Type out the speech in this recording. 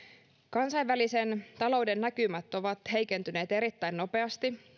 kansainvälisen talouden näkymät ovat heikentyneet erittäin nopeasti